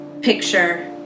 picture